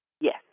Yes